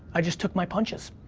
i just took my punches.